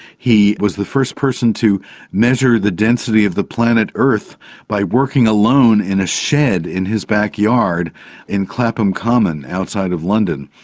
he was the first person to measure the density of the planet earth by working alone in a shed in his backyard in clapham common outside of london.